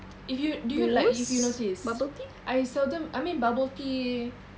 if you do you like if you notice I seldom I mean bubble tea